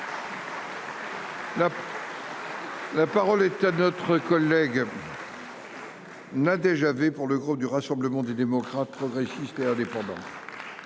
La parole est à Mme Nadège Havet, pour le groupe Rassemblement des démocrates, progressistes et indépendants.